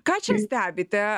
ką čia stebite